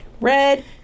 Red